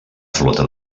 flota